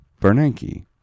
Bernanke